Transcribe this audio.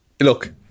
look